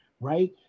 right